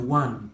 one